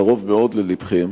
קרוב מאוד ללבכם,